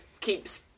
keeps